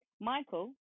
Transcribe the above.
Michael